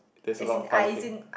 there's a lot of fighting